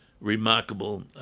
remarkable